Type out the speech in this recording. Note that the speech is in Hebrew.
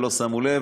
ולא שמו לב.